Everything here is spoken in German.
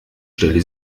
stelle